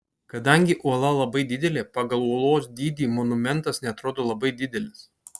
kadangi uola labai didelė pagal uolos dydį monumentas neatrodo labai didelis